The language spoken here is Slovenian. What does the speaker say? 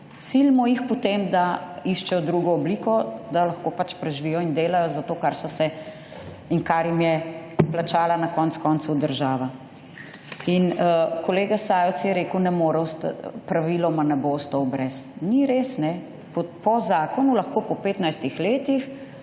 Silimo jih potem, da iščejo drugo obliko, da lahko pač preživijo in delajo za to, kar so se in kar jim je plačala na koncu koncev država. In, kolega Sajovic je rekel, ne more ostat, praviloma ne bo ostal brez. Ni res, ne. Po zakonu lahko po 15 letih